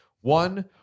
One